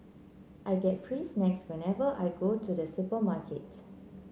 I get free snacks whenever I go to the supermarket